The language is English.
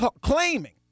claiming